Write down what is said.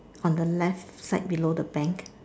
on the left side below the bank